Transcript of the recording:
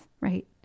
right